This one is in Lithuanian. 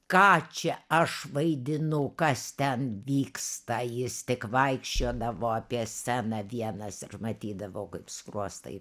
ką čia aš vaidinu kas ten vyksta jis tik vaikščiodavo apie sceną vienas ir matydavau kaip skruostai